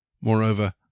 Moreover